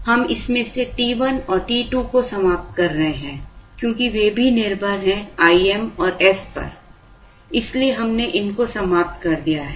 तो अब हम इसमें से t1 और t2 को समाप्त कर रहे हैं क्योंकि वे भी निर्भर हैं Im और s पर इसलिए हमने इन को समाप्त कर दिया है